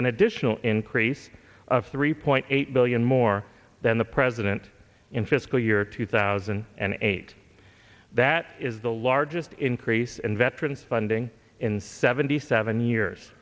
an additional increase of three point eight billion more than the president in fiscal year two thousand and eight that is the largest increase in veterans funding in seventy seven years